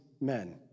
men